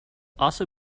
also